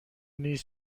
نیز